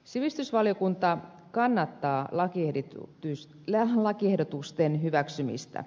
sivistysvaliokunta kannattaa lakiehdotusten hyväksymistä